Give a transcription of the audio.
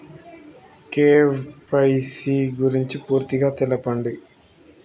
KYC గురించి పూర్తిగా తెలపండి?